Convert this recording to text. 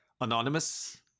Anonymous